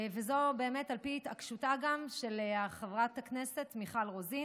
וזאת גם על פי התעקשותה של חברת הכנסת מיכל רוזין,